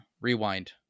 rewind